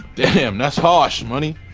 damn that's harsh, money.